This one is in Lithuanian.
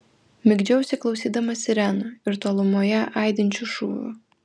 migdžiausi klausydamas sirenų ir tolumoje aidinčių šūvių